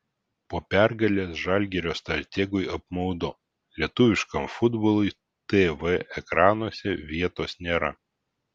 po pergalės žalgirio strategui apmaudu lietuviškam futbolui tv ekranuose vietos nėra